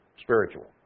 spiritual